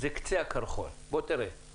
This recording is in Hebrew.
אתה לא חושב שהוא הבין את זה מהדברים שלי?